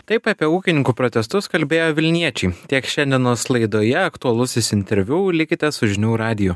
taip apie ūkininkų protestus kalbėjo vilniečiai tiek šiandienos laidoje aktualusis interviu likite su žinių radiju